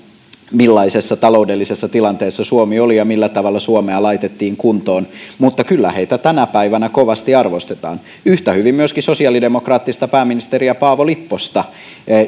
millaisessa taloudellisessa tilanteessa suomi oli ja millä tavalla suomea laitettiin kuntoon mutta kyllä heitä tänä päivänä kovasti arvostetaan yhtä hyvin myöskin sosiaalidemokraattista pääministeriä paavo lipposta